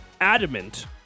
adamant